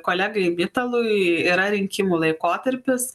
kolegai mitalui yra rinkimų laikotarpis